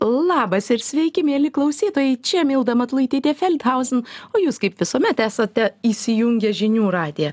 labas ir sveiki mieli klausytojai čia milda matulaitytė feldhausn o jūs kaip visuomet esate įsijungę žinių radiją